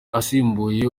asimbuye